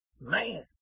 Man